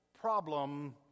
Problem